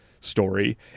story